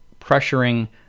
pressuring